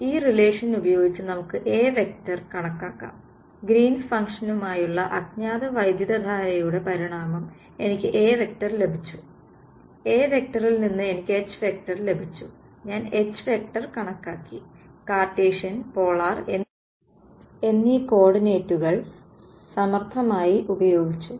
ഈ റിലേഷൻ ഉപയോഗിച്ച് നമുക്ക് A→ വെക്റ്റർ കണക്കാക്കാം ഗ്രീൻസ് ഫംഗ്ഷനുമായുള്ള Green's function അജ്ഞാത വൈദ്യുതധാരയുടെ പരിണാമം എനിക്ക് A→ ലഭിച്ചു A→ ൽ നിന്ന് എനിക്ക് H→ ലഭിച്ചു ഞാൻ H→ കണക്കാക്കി കാർട്ടീഷ്യൻ പോളാർ എന്നീ കോർഡിനേറ്റുകൾ സമർത്ഥമായി ഉപയോഗിച്ചു